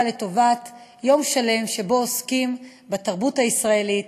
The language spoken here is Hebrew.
לטובת יום שלם שבו עוסקים בתרבות הישראלית,